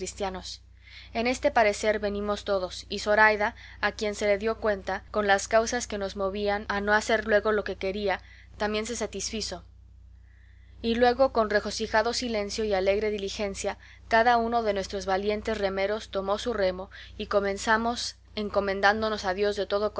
en este parecer venimos todos y zoraida a quien se le dio cuenta con las causas que nos movían a no hacer luego lo que quería también se satisfizo y luego con regocijado silencio y alegre diligencia cada uno de nuestros valientes remeros tomó su remo y comenzamos encomendándonos a dios de todo